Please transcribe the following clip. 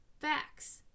facts